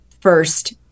first